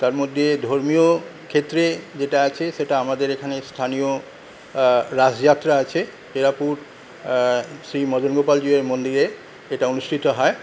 তার মধ্যে ধর্মীয় ক্ষেত্রে যেটা আছে সেটা আমাদের এখানে স্থানীয় রাসযাত্রা আছে চেরাপুর শ্রী মদনগোপাল জীউয়ের মন্দিরে এটা অনুষ্ঠিত হয়